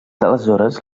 d’aleshores